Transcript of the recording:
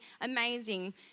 amazing